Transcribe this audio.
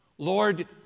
Lord